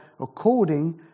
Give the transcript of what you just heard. according